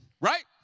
Right